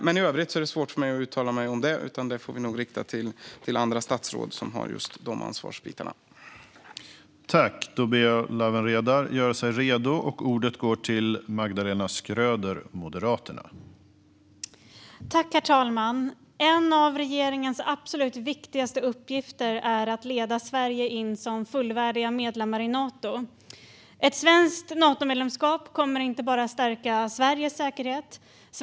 Men i övrigt är det svårt för mig att uttala mig om detta, utan frågan får riktas till andra statsråd som har just detta i sitt ansvarsområde.